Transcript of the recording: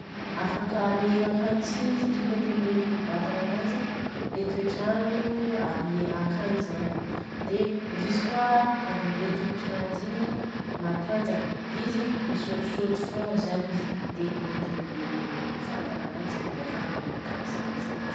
Afaka miegna akagny si io satria mety amin'ny le toe-batagna ananjy le toetrandro ie akagny zany. Dia izy koa à avy amin'ny le tongotra ananjy in mantanjaka, izy misôtisôty fogna zany izy dia mety amin'ny le vatagna ananjy zany dia afaka miegna akagny tsara si izy.